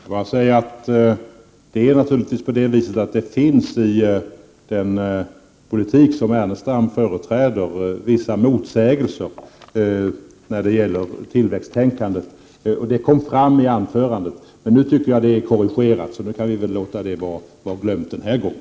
Herr talman! Låt mig bara säga att det naturligtvis i den politik som Lars Ernestam företräder finns vissa motsägelser när det gäller tillväxttänkandet, och det kom fram i hans anförande. Men nu tycker jag att det är korrigerat, så då kan vi väl låta det vara glömt den här gången.